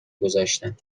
گذاشتم